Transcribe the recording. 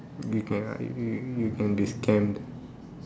you can ah you you can be scammed